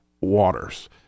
waters